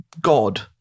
God